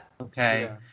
Okay